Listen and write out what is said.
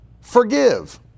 forgive